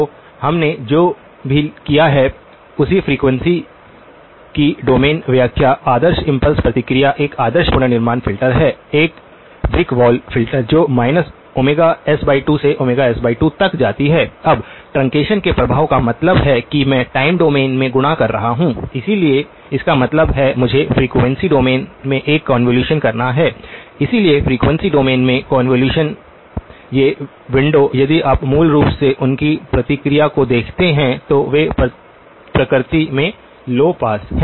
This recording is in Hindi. तो हमने जो भी किया है उसी फ्रीक्वेंसी की डोमेन व्याख्या आदर्श इम्पल्स प्रतिक्रिया एक आदर्श पुनर्निर्माण फ़िल्टर है एक ब्रिक वॉल फ़िल्टर जो s2 से s2 तक जाती है अब ट्रंकेशन के प्रभाव का मतलब है कि मैं टाइम डोमेन में गुणा कर रहा हूं इसलिए इसका मतलब है मुझे फ़्रीक्वेंसी डोमेन में एक कोंवोलुशन करना है इसलिए फ़्रीक्वेंसी डोमेन में कोंवोलुशन ये विंडो यदि आप मूल रूप से उनकी प्रतिक्रिया को देखते हैं तो वे प्रकृति में लौ पास हैं